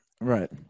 Right